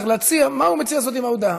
צריך לומר מה הוא מציע לעשות עם ההודעה.